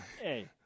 Hey